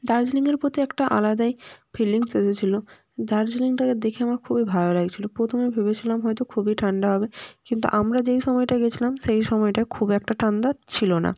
দার্জিলিংয়ের প্রতি একটা আলাদাই ফিলিংস এসেছিলো দার্জিলিংটাকে দেখে আমার খুবই ভালো লাগছিলো প্রথমে ভেবেছিলাম হয়তো খুবই ঠান্ডা হবে কিন্তু আমরা যেই সময়টা গেছিলাম সেই সময়টা খুব একটা ঠান্ডা ছিলো না